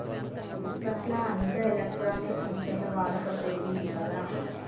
గిప్పట్ల అంతా ఎలక్ట్రానిక్ మిషిన్ల వాడకం పెరిగిందిగదా